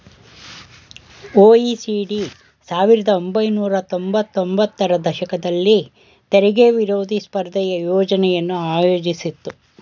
OECD ಸಾವಿರದ ಒಂಬೈನೂರ ತೊಂಬತ್ತ ಒಂಬತ್ತರ ದಶಕದಲ್ಲಿ ತೆರಿಗೆ ವಿರೋಧಿ ಸ್ಪರ್ಧೆಯ ಯೋಜ್ನೆಯನ್ನು ಆಯೋಜಿಸಿತ್ತು